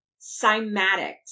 Cymatics